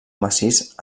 massís